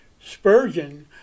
Spurgeon